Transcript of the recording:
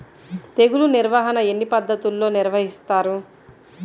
తెగులు నిర్వాహణ ఎన్ని పద్ధతుల్లో నిర్వహిస్తారు?